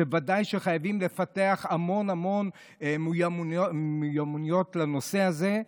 ודאי שחייבים לפתח המון המון מיומנויות לנושא הזה.